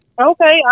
Okay